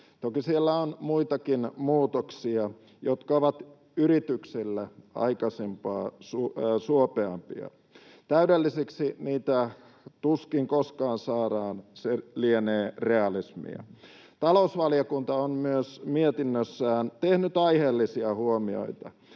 Toki siellä on muitakin muutoksia, jotka ovat yrityksille aikaisempaa suopeampia. Täydelliseksi niitä tuskin koskaan saadaan, se lienee realismia. Talousvaliokunta on mietinnössään tehnyt aiheellisia huomioita